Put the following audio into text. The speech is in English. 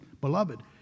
beloved